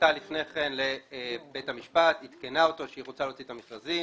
פנתה לפני כן לבית המשפט ועדכנה אותו שהיא רוצה להוציא את המכרזים.